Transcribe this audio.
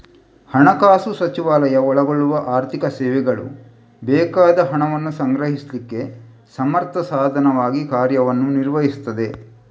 ಹಣಕಾಸು ಸಚಿವಾಲಯ ಒಳಗೊಳ್ಳುವ ಆರ್ಥಿಕ ಸೇವೆಗಳು ಬೇಕಾದ ಹಣವನ್ನ ಸಂಗ್ರಹಿಸ್ಲಿಕ್ಕೆ ಸಮರ್ಥ ಸಾಧನವಾಗಿ ಕಾರ್ಯವನ್ನ ನಿರ್ವಹಿಸ್ತದೆ